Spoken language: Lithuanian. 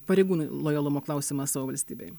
pareigūnui lojalumo klausimas savo valstybei